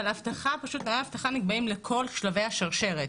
אבל תנאי האבטחה נקבעים לכל שלבי השרשרת,